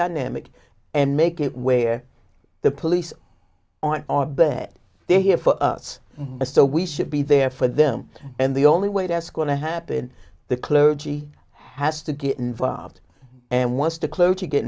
dynamic and make it where the police on our bed they have for us so we should be there for them and the only way to ask going to happen the clergy has to get involved and wants to close to get